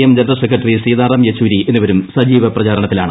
M general secretary Sitaram Yechury എന്നിവരും സജീവ പ്രചാരണത്തിലാണ്